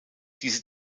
diese